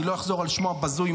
אני לא אחזור על שמו הבזוי,